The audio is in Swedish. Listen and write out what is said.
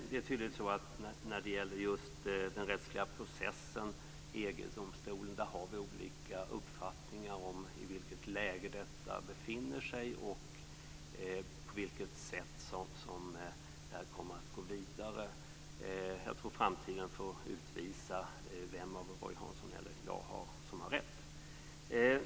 Fru talman! När det gäller just den rättsliga processen och EG-domstolen är det tydligen så att vi har olika uppfattningar om i vilket läge detta befinner sig och om på vilket sätt det kommer att gå vidare. Jag tror att framtiden får utvisa vem av oss, Roy Hansson eller jag, som har rätt.